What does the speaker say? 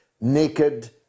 naked